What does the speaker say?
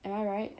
am I right